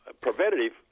preventative